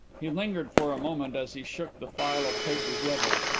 he lingered for a moment as he shook the file of papers level.